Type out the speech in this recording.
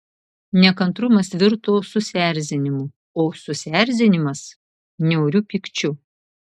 nekantrumas virto susierzinimu o susierzinimas niauriu pykčiu